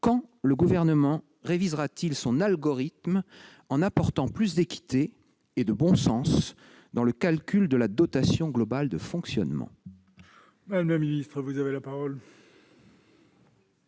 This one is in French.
quand le Gouvernement révisera-t-il son algorithme, en apportant plus d'équité et de bon sens dans le calcul de la dotation globale de fonctionnement ? La parole est à Mme la